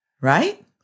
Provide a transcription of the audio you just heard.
right